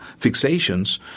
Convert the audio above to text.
fixations